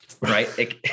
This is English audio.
right